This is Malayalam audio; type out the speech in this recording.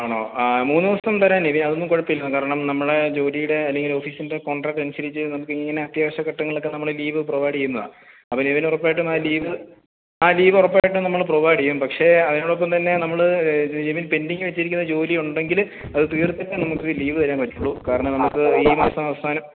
ആണോ ആ മൂന്നു ദിവസം തരാം നിവി അതൊന്നും കുഴപ്പമില്ല കാരണം നമ്മുടെ ജോലിയുടെ അല്ലെങ്കിൽ ഓഫീസിന്റെ കോണ്ട്രാക്റ്റ് അനുസരിച്ചു നമുക്ക് ഇങ്ങനെ അത്യാവശ്യ ഘട്ടങ്ങളിലൊക്കെ നമ്മൾ ലീവ് പ്രൊവൈഡ് ചെയ്യുന്നതാണ് അപ്പം നിവിന് ഉറപ്പായിട്ടും ആ ലീവ് ആ ലീവ് ഉറപ്പായിട്ടും നമ്മൾ പ്രൊവൈഡ് ചെയ്യും പക്ഷേ അതിനോടൊപ്പം തന്നെ നമ്മൾ നിവിന് പെന്റിങ്ങ് വച്ചിരിക്കുന്ന ജോലി ഉണ്ടെങ്കിൽ അത് തീര്ത്തിട്ടെ നമുക്ക് ലീവ് തരാൻ പറ്റുകയുള്ളൂ കാരണം നമുക്ക് ഈ മാസം അവസാനം